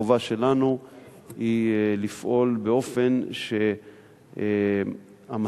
החובה שלנו היא לפעול באופן שהמסד